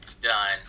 done